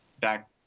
Back